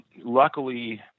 luckily